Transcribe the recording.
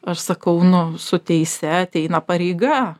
aš sakau nu su teise ateina pareiga